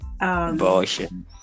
Abortion